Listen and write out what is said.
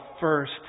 first